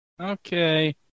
Okay